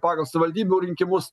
pagal savivaldybių rinkimus